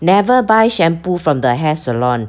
never buy shampoo from the hair salon